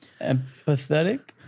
Empathetic